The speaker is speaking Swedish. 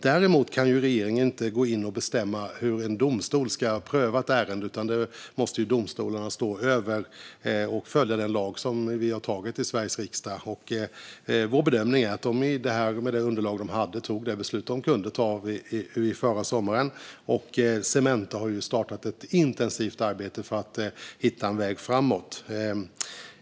Däremot kan regeringen inte gå in och bestämma hur en domstol ska pröva ett ärende, utan domstolarna ska följa den lag som Sveriges riksdag har antagit. Vår bedömning är att domstolen med det underlag som fanns fattade det beslut den kunde förra sommaren, och Cementa har nu startat ett intensivt arbete för att hitta en väg framåt.